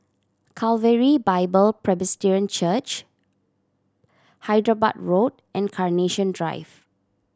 Calvary Bible Presbyterian Church Hyderabad Road and Carnation Drive